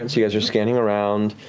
you guys are scanning around.